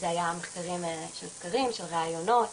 אלה היו מחקרים של סקרים, של ראיונות.